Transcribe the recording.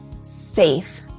Safe